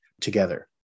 together